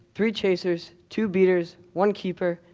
three chasers, two beaters, one keeper,